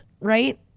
right